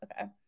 okay